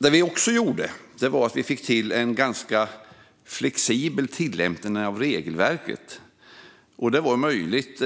Vi fick också till en ganska flexibel tillämpning av regelverket, och det var möjligt